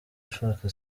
ushaka